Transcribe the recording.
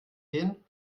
gehen